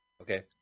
Okay